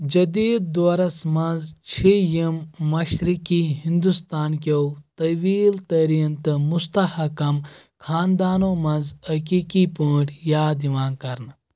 جٔدٖید دورس منٛز چھ یِم مشرقی ہندوستانکیٚو طویٖل تریٖن تہٕ مستحکم خاندانو منٛز عقیقی پٲٹھۍ یاد یوان کرنہٕ